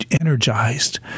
energized